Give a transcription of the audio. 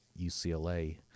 UCLA